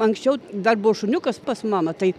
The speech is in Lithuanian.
anksčiau dar buvo šuniukas pas mamą tai